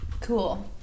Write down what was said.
Cool